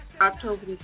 October